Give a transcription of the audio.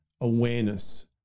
awareness